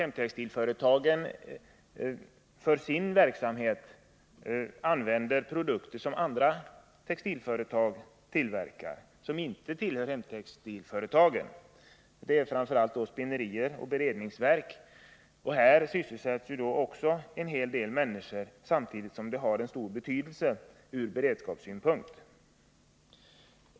Hemtextilföretagen använder för sin verksamhet produkter som tillverkas av andra textilföretag som inte tillhör gruppen hemtextilföretag. Framför allt gäller detta spinnerier och beredningsverk. Här sysselsätts också en hel del människor. Samtidigt har de stor betydelse från beredskapssynpunkt.